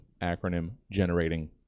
acronym-generating